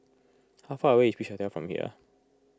how far away is Beach Hotel from here